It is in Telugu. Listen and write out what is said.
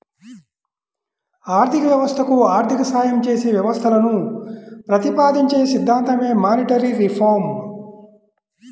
ఆర్థిక వ్యవస్థకు ఆర్థిక సాయం చేసే వ్యవస్థలను ప్రతిపాదించే సిద్ధాంతమే మానిటరీ రిఫార్మ్